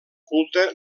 culte